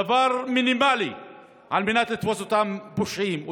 זה דבר מינימלי כדי לתפוס את אותם פושעים,